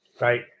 Right